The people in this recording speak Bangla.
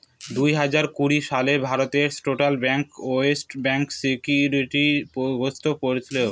দুই হাজার কুড়ি সালে ভারতে সেন্ট্রাল ব্যাঙ্ক ইয়েস ব্যাঙ্কে সিকিউরিটি গ্রস্ত করেছিল